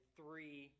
three